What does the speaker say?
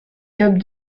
cubs